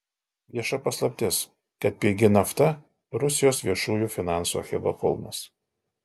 vieša paslaptis kad pigi nafta rusijos viešųjų finansų achilo kulnas